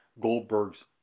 Goldberg's